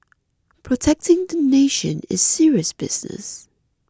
protecting the nation is serious business